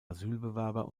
asylbewerber